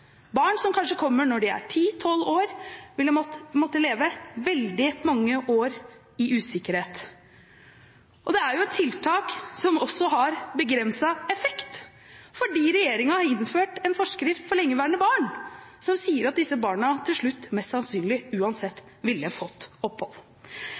barn som kanskje kommer når de er 10–12 år vil måtte leve veldig mange år i usikkerhet. Det er et tiltak som også har begrenset effekt, fordi regjeringen har innført en forskrift for lengeværende barn, som sier at disse barna til slutt mest sannsynlig